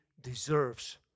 deserves